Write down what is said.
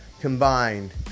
combined